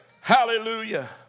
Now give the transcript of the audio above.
Hallelujah